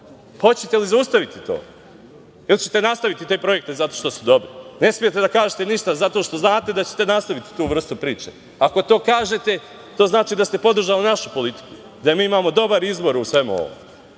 Hoćete li zaustaviti to ili ćete nastaviti te projekte zato što su dobri? Ne smete da kažete ništa, zato što znate da ćete nastaviti tu vrstu priče. Ako to kažete, to znači da ste podržali našu politiku, da mi imamo dobar izbor u svemu